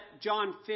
John